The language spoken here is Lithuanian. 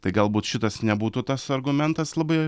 tai galbūt šitas nebūtų tas argumentas labai